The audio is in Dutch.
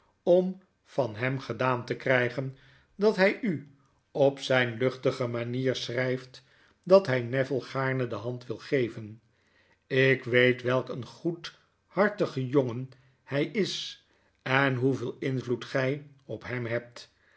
om van hem gedaan te krygen dat hy u op zyn luchtige manier schryft dat hy neville gaarne de hand wil geven ik weet welk een goedhartigeri jongen hy is en hoeveel invloed gy op hem hebt